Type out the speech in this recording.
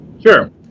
Sure